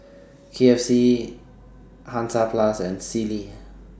K F C Hansaplast and Sealy